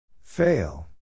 Fail